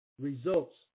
results